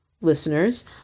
listeners